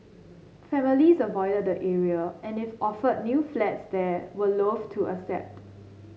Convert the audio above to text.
families avoided the area and if offered new flats there were loathe to accept